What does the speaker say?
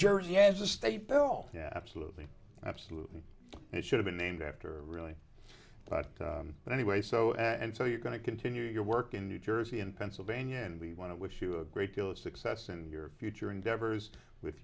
jersey as a state bill yeah absolutely absolutely it should have been named after really but anyway so and so you're going to continue your work in new jersey and pennsylvania and we want to wish you a great deal of success and your future endeavors with